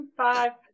five